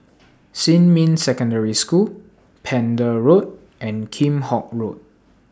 Xinmin Secondary School Pender Road and Kheam Hock Road